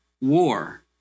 War